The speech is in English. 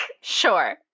Sure